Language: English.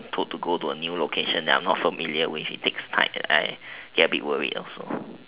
put to go to a new location that I am not familiar with it takes time and I get a bit worried also